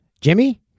Jimmy